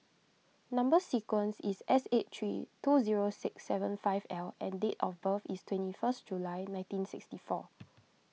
Number Sequence is S eight three two zero six seven five L and date of birth is twenty first July nineteen sixty four